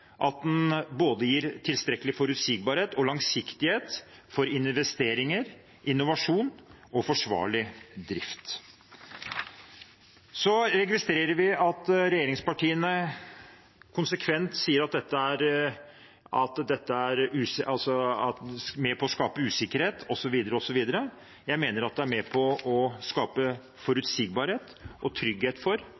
gir både tilstrekkelig forutsigbarhet og langsiktighet for investeringer, innovasjon og forsvarlig drift. Så registrerer vi at regjeringspartiene konsekvent sier at dette er med på å skape usikkerhet, osv. Jeg mener at det er med på å skape forutsigbarhet og trygghet for at det er